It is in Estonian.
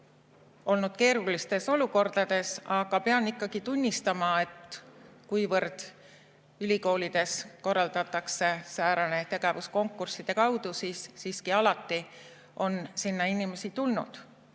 olnud keerulistes olukordades, aga pean tunnistama, et kuivõrd ülikoolides korraldatakse säärane tegevus konkursside kaudu, siis alati on siiski sinna inimesi tulnud.